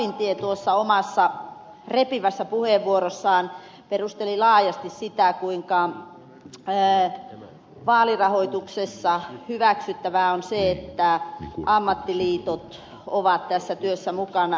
lapintie tuossa omassa repivässä puheenvuorossaan perusteli laajasti sitä kuinka vaalirahoituksessa hyväksyttävää on se että ammattiliitot ovat tässä työssä mukana niin kuin onkin